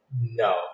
No